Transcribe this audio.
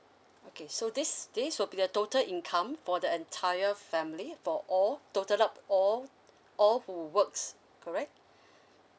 okay so this this will be the total income for the entire family for all total up all all who works correct